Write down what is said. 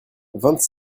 vingt